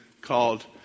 called